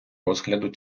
розгляду